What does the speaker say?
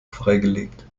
freigelegt